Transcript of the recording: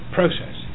process